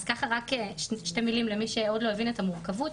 רק שתי מילים למי שעוד לא הבין את המורכבות.